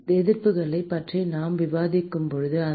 எதிர்ப்புகளைப் பற்றி நாம் விவாதித்தபோது அந்த